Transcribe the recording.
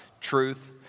truth